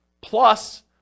plus